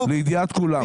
לידיעת כולם.